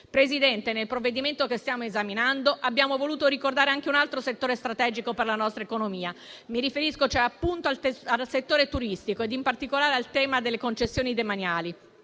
Presidente, nel provvedimento che stiamo esaminando abbiamo voluto ricordare anche un altro settore strategico per la nostra economia: mi riferisco al settore turistico e in particolare al tema delle concessioni demaniali.